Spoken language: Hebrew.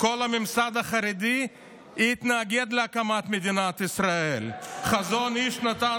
כל הממסד החרדי התנגד להקמת מדינת ישראל: החזון איש נתן